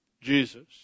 Jesus